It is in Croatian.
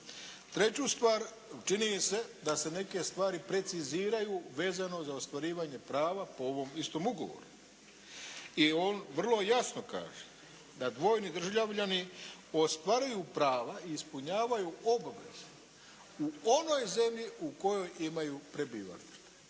Treću stvar čini mi se da se neke stvari preciziraju vezano za ostvarivanje prava po ovom istom ugovoru i on vrlo jasno kaže da dvojni državljani ostvaruju prava i ispunjavaju obvezu u onoj zemlji u kojoj imaju prebivalište